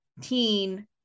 teen